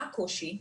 מה קושי?